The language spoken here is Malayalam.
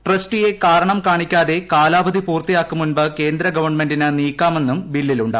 ട്രസ്റ്റിയെ കാരണം കാണിക്കാതെ കാലാവധി പൂർത്തിയാക്കും മുൻപ് കേന്ദ്രഗവൺമെന്റിന് നീക്കാമെന്നും ബില്ലിലുണ്ട്